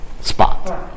Spot